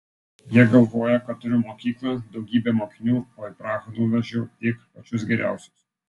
jie galvoja kad turiu mokyklą daugybę mokinių o į prahą nuvežiau tik pačius geriausius